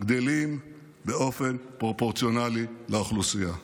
גדלים באופן פרופורציונלי לאוכלוסייה.